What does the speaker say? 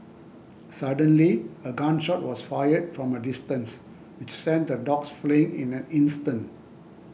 suddenly a gun shot was fired from a distance which sent the dogs fleeing in an instant